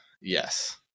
Yes